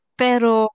pero